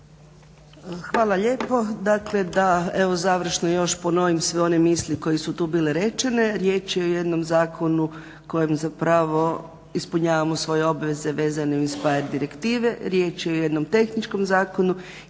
da evo završno još ponovim sve one misli koje su tu bile rečene. Riječ je o jednom zakonu kojem zapravo ispunjavamo svoje obveze vezane INSPIRE direktive. Riječ je o jednom tehničkom zakonu